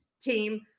team